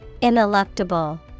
Ineluctable